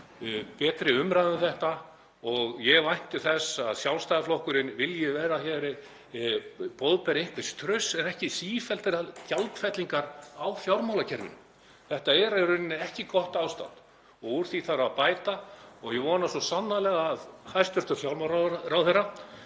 betri umræðu um þetta. Ég vænti þess að Sjálfstæðisflokkurinn vilji vera boðberi einhvers trausts en ekki sífelldrar gjaldfellingar á fjármálakerfinu. Þetta er í rauninni ekki gott ástand og úr því þarf að bæta. Ég vona svo sannarlega að hæstv. fjármálaráðherra